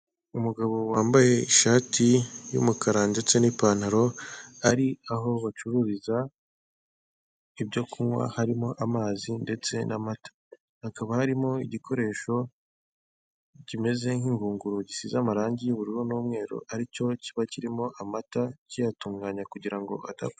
Umugabo wambaye ishati y'umukara ndetse n'ipantaro, ari aho bacururiza ibyo kunywa harimo amazi ndetse n'amata, hakaba harimo igikoresho kimeze nk'ingunguru gisize amarangi y'ubururu n'umweru, ari cyo kiba kirimo amata kiyatunganya kugira ngo adapfa.